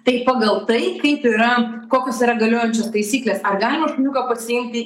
tai pagal tai kaip yra kokios yra galiojančios taisyklės ar galima šuniuką pasiimti